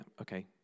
okay